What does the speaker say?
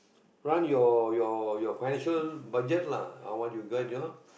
run your your your financial budget lah ah what you get ah